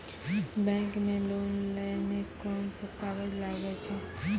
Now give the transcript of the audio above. Bank मे loan लै मे कोन सब कागज लागै छै?